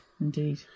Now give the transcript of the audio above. indeed